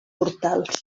portals